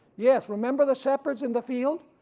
yes, remember the shepherd's in the field,